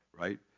right